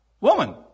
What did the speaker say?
woman